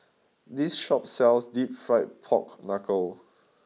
this shop sells deep fried pork Knuckle